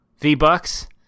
V-Bucks